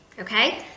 okay